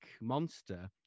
monster